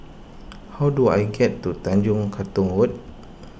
how do I get to Tanjong Katong Road